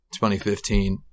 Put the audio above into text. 2015